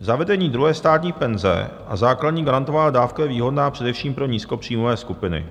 Zavedení druhé státní penze a základní garantovaná dávka je výhodná především pro nízkopříjmové skupiny.